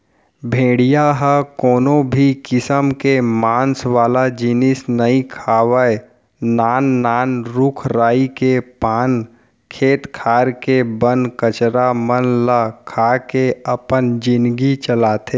भेड़िया ह कोनो भी किसम के मांस वाला जिनिस नइ खावय नान नान रूख राई के पाना, खेत खार के बन कचरा मन ल खा के अपन जिनगी चलाथे